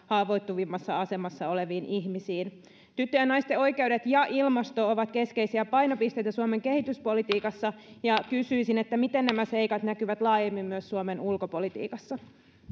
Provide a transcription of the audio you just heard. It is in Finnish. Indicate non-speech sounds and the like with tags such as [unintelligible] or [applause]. [unintelligible] haavoittuvimmassa asemassa oleviin ihmisiin tyttöjen ja naisten oikeudet ja ilmasto ovat keskeisiä painopisteitä suomen kehityspolitiikassa kysyisin miten nämä seikat näkyvät laajemmin myös suomen ulkopolitiikassa